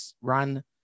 run